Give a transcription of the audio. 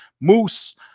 moose